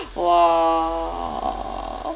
!wah!